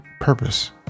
purpose